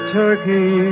turkey